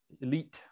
elite